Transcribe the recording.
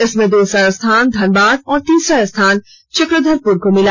इसमें दूसरा स्थान धनबाद तथा तीसरा स्थान चक्रधरपुर को मिला